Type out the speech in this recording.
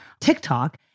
TikTok